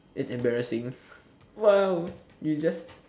that's embarrassing !wow! you just